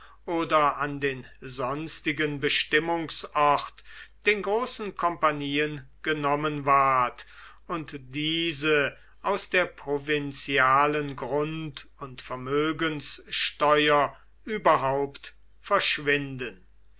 oder an den sonstigen bestimmungsort den großen kompagnien genommen ward und diese aus der provinzialen grund und vermögenssteuer überhaupt verschwinden